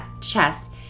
chest